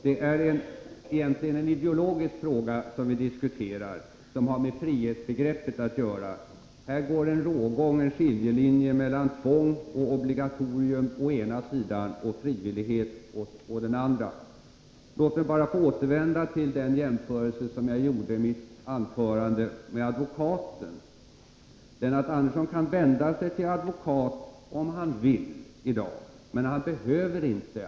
Det är egentligen en ideologisk fråga som vi diskuterar och som har med frihetsbegreppet att göra. Här går en skiljelinje mellan tvång och obligatorium å ena sidan och frivillighet å den andra. Låt mig återvända till den jämförelse som jag gjorde med advokaten. Lennart Andersson kan vända sig till advokat om han vill, men han behöver inte.